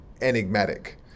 enigmatic